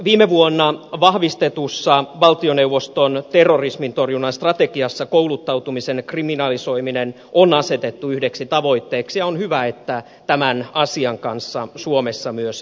viime vuonna vahvistetussa valtioneuvoston terrorismintorjunnan strategiassa kouluttautumisen kriminalisoiminen on asetettu yhdeksi tavoitteeksi ja on hyvä että tämän asian kanssa suomessa myös edetään